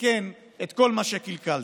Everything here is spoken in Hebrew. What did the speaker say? לתקן את כל מה שקלקלתם.